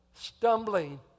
stumbling